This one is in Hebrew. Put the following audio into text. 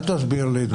אל תסביר לי דברים